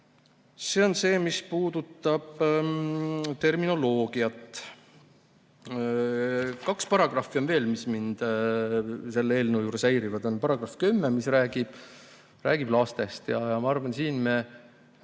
See on see, mis puudutab terminoloogiat. Kaks paragrahvi on veel, mis mind selle eelnõu juures häirivad. Üks on § 10, mis räägib lastest. Ma arvan, et siin